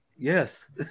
Yes